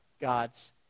God's